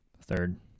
third